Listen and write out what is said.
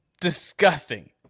disgusting